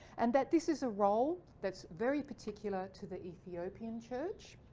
and that this is a role that's very particular to the ethiopian church.